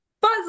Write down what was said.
Buzz